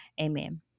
Amen